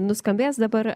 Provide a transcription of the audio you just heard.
nuskambės dabar